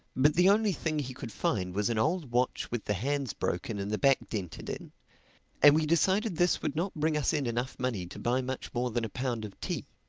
but the only thing he could find was an old watch with the hands broken and the back dented in and we decided this would not bring us in enough money to buy much more than a pound of tea.